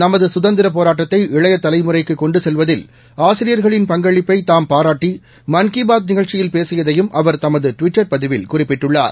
நமது சுதந்திரப் போராட்டத்தை இளைய தலைமுறைக்கு கொண்டு செல்வதில் ஆசிரியர்களின் பங்களிப்பை தாம் பாராட்டி மன் கி பாத் நிகழ்ச்சியில் பேசியதையும் அவர் தமது ட்விட்டர் பதிவில் குறிப்பிட்டுள்ளார்